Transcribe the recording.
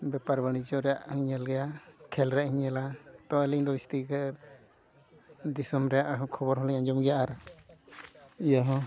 ᱵᱮᱯᱟᱨ ᱵᱟᱹᱱᱤᱡᱡᱚ ᱨᱮᱭᱟᱜ ᱦᱚᱧ ᱧᱮᱞ ᱜᱮᱭᱟ ᱠᱷᱮᱞ ᱨᱮᱭᱟᱜ ᱦᱚᱧ ᱧᱮᱞᱟ ᱛᱚᱵᱮ ᱟᱹᱞᱤᱧ ᱫᱚ ᱡᱟᱹᱥᱛᱤᱠᱟᱨ ᱫᱤᱥᱚᱢ ᱨᱮᱭᱟᱜ ᱦᱚᱸ ᱠᱷᱚᱵᱚᱨ ᱦᱚᱸᱞᱤᱧ ᱟᱸᱡᱚᱢ ᱜᱮᱭᱟ ᱟᱨ ᱤᱭᱟᱹ ᱦᱚᱸ